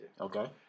Okay